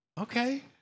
Okay